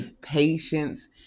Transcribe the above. Patience